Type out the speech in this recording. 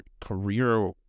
career